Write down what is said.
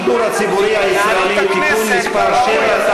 הצעת חוק השידור הציבורי הישראלי (תיקון מס' 7),